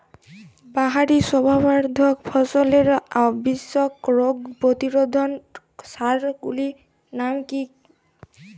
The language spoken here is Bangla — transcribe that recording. বাহারী শোভাবর্ধক ফসলের আবশ্যিক রোগ প্রতিরোধক সার গুলির নাম কি কি?